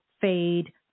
fade